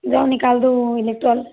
जाओ निकाल दो वो इलेक्ट्रॉल